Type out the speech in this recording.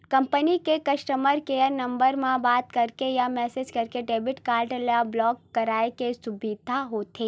company के customer care number म बात करके या मेसेज करके डेबिट कारड ल ब्लॉक कराए के सुबिधा होथे